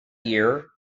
year